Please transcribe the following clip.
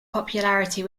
popularity